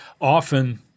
Often